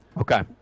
Okay